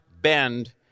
bend